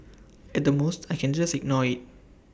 at the most I can just ignore IT